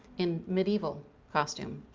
in medieval costume.